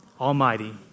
Almighty